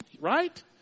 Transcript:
right